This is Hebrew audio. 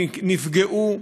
נפגעו,